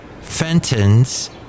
Fenton's